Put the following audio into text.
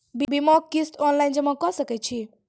बीमाक किस्त ऑनलाइन जमा कॅ सकै छी?